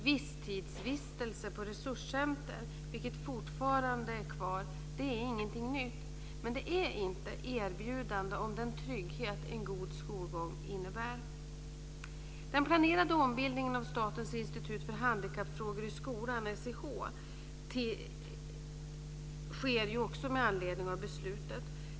Visstidsvistelse på resurscenter, som fortfarande är kvar, är ingenting nytt, men det är inte erbjudande om den trygghet en god skolgång innebär. Den planerade ombildningen av Statens institut för handikappfrågor i skolan, SIH, sker också med anledning av beslutet.